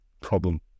problem